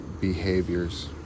behaviors